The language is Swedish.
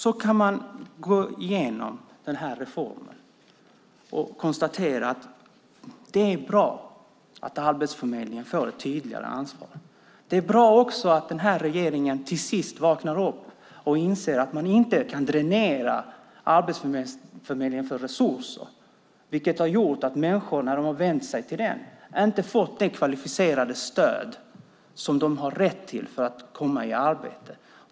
Beträffande reformen kan vi konstatera att det är bra att Arbetsförmedlingen får ett tydligare ansvar. Det är också bra att den här regeringen till sist vaknar upp och inser att man inte kan dränera Arbetsförmedlingen på resurser. När människor har vänt sig till Arbetsförmedlingen har de inte fått det kvalificerade stöd som de har rätt till för att komma i arbete.